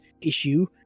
issue